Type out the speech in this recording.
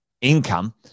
income